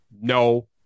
no